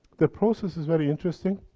the process is very interesting,